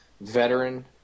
veteran